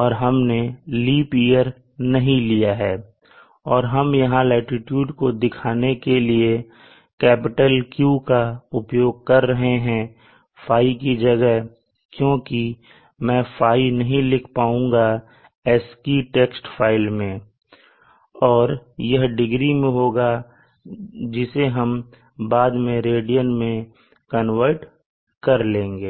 और हमने leap year नहीं लिया है और हम यहां लाटीट्यूड को दिखाने के लिए Q का उपयोग कर रहे हैं ϕ की जगह क्योंकि मैं ϕ नहीं लिख पाऊंगा ASCII टेक्स्ट फाइल में और यह डिग्री में होगा जिसे हम बाद में रेडियन में कन्वर्ट कर लेंगे